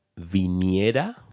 viniera